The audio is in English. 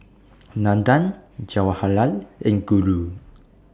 Nandan Jawaharlal and Guru